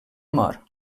mort